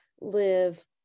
live